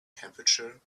temperature